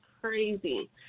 crazy